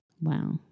Wow